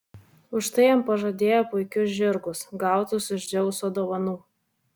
už tai jam pažadėjo puikius žirgus gautus iš dzeuso dovanų